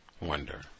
Wonder